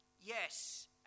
Yes